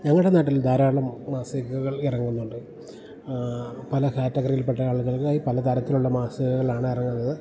ഞങ്ങളുടെ നാട്ടിൽ ധാരാളം മാസികകൾ ഇറങ്ങുന്നുണ്ട് പല കാറ്റഗറിയിൽ പെട്ട ആളുകൾക്കായി പല തരത്തിലുള്ള മാസികകളാണ് ഇറങ്ങുന്നത്